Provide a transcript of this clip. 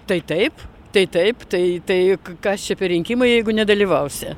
tai taip tai taip tai tai k kas čia per rinkimai jeigu nedalyvausi